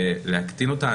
להקטין אותה.